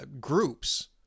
groups